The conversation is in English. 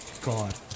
God